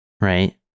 Right